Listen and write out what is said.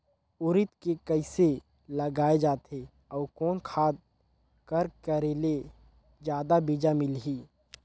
उरीद के कइसे लगाय जाले अउ कोन खाद कर करेले जादा बीजा मिलही?